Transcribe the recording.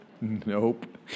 Nope